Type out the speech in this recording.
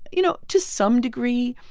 you know, to some degree,